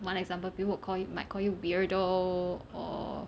one example people will call you might call you weirdo or